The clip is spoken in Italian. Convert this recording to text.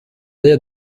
dea